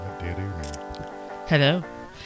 Hello